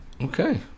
Okay